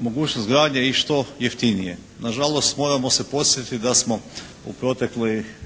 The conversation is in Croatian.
mogućnost gradnje i što jeftinije. Na žalost moramo se podsjetiti da smo u proteklih